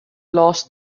lost